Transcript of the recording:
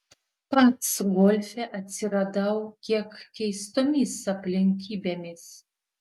pats golfe atsiradau kiek keistomis aplinkybėmis